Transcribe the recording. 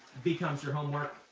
becomes your homework.